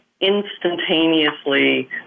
instantaneously